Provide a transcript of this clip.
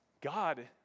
God